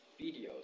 videos